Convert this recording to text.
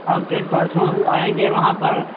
हम फिर परसों आएंगे वहाँ पर